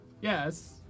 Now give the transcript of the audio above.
Yes